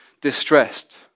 distressed